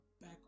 back